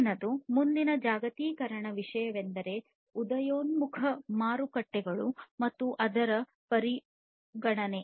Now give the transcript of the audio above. ಮುಂದಿನದು ಮುಂದಿನ ಜಾಗತೀಕರಣದ ವಿಷಯವೆಂದರೆ ಉದಯೋನ್ಮುಖ ಮಾರುಕಟ್ಟೆಗಳು ಮತ್ತು ಅದರ ಪರಿಗಣನೆ